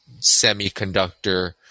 semiconductor